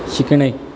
शिकणे